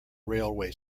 railway